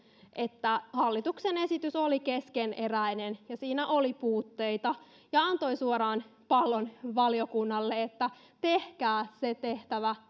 että hallituksen esitys oli keskeneräinen ja siinä oli puutteita ja antoi suoraan pallon valiokunnalle että tehkää se tehtävä